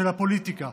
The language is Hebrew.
של הפוליטיקה,